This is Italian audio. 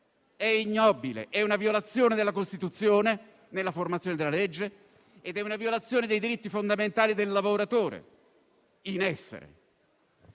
È ignobile; è una violazione della Costituzione nella formazione della legge ed è una violazione dei diritti fondamentali del lavoratore in essere.